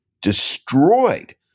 destroyed